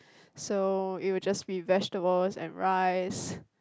so it will just be vegetables and rice